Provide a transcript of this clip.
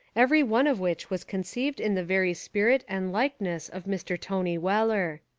every one of which was conceived in the very spirit and likeness of mr. tony weller.